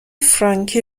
فرانکی